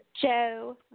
Joe